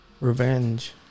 revenge